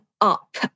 up